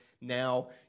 now